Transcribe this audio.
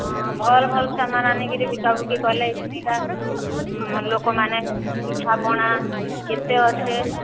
ହଁ ଭଲ ଭଲ ସାମାନ ଆଣିକିରି ବିକା ବିକି କଲେ ଏହି ଖିନିକା ଲୋକମାନେ ପିଠା ପଣା କେତେ ଅଛେ